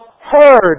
heard